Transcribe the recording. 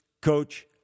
coach